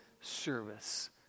service